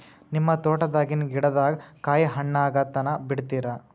ನಿಮ್ಮ ತೋಟದಾಗಿನ್ ಗಿಡದಾಗ ಕಾಯಿ ಹಣ್ಣಾಗ ತನಾ ಬಿಡತೀರ?